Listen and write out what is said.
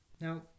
Now